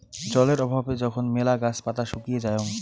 জলের অভাবে যখন মেলা গাছ পাতা শুকিয়ে যায়ং